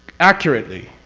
accurately,